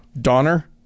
Donner